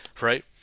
Right